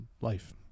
life